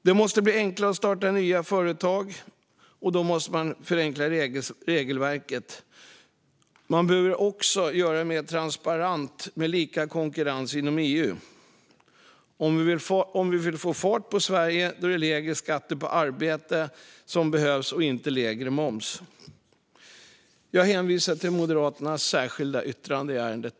Det måste bli enklare att starta nya företag, och då måste man förenkla regelverket. Man behöver också göra det mer transparent med lika konkurrens inom EU. Om vi vill få fart på Sverige är det lägre skatter på arbete som behövs, inte lägre moms. Jag hänvisar till Moderaternas särskilda yttrande i ärendet.